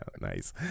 nice